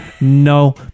No